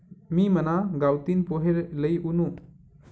मी मना गावतीन पोहे लई वुनू